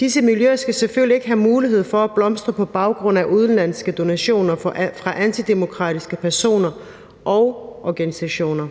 Disse miljøer skal selvfølgelig ikke have mulighed for at blomstre på baggrund af udenlandske donationer fra antidemokratiske personer og organisationer.